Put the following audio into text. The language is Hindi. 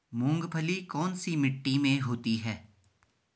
मूंगफली कौन सी मिट्टी में होती है?